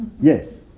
Yes